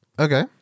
Okay